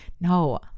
No